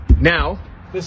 Now